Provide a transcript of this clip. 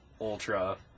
Ultra